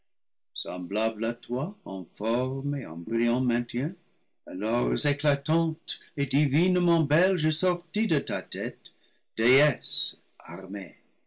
semblable à toi en forme et en brillant maintien alors éclatante et divinement belle je sortis de ta tête déesse armée